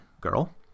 girl